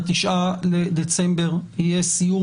ב-9 בדצמבר יהיה סיור